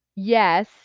Yes